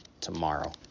tomorrow